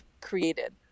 created